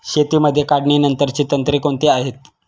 शेतीमध्ये काढणीनंतरची तंत्रे कोणती आहेत?